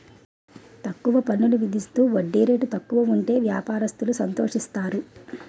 తక్కువ పన్నులు విధిస్తూ వడ్డీ రేటు తక్కువ ఉంటే వ్యాపారస్తులు సంతోషిస్తారు